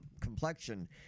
complexion